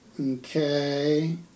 Okay